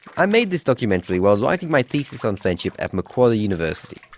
i made this documentary while writing my thesis on friendship at macquarie university.